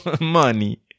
money